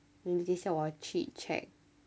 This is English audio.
then 等下我去 check